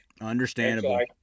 Understandable